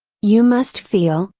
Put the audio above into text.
you must feel,